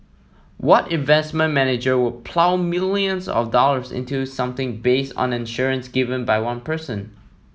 what investment manager would plough millions of dollars into something based on an assurance given by one person